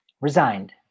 Resigned